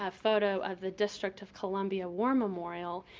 ah photo of the district of columbia war memorial,